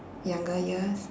younger years